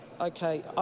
Okay